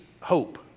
hope